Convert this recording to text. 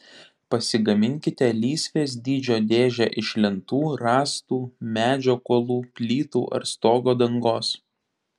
pasigaminkite lysvės dydžio dėžę iš lentų rąstų medžio kuolų plytų ar stogo dangos